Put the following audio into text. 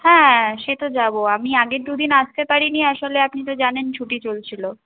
হ্যাঁ সে তো যাবো আমি আগের দু দিন আসতে পারি নি আসলে আপনি তো জানেন ছুটি চলছিলো